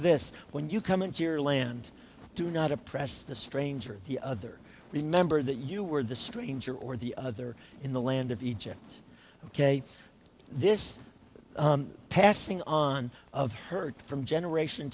this when you come into your land do not oppress the stranger the other remember that you were the stranger or the other in the land of egypt ok this passing on of heard from generation